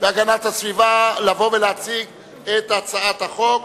והגנת הסביבה על רצונה להחיל דין רציפות על הצעת חוק